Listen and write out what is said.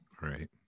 Right